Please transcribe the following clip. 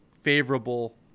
favorable